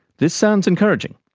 this sounds encouraging,